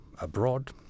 abroad